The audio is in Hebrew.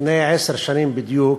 לפני עשר שנים בדיוק,